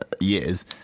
years